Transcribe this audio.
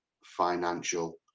financial